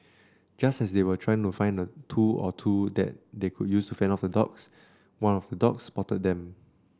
just as they were trying to find a tool or two that they could use to fend off the dogs one of the dogs spotted them